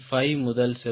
5 முதல் 0